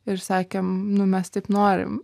ir sakėm nu mes taip norim